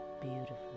beautiful